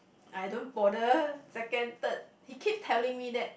I don't bother second third he keep telling me that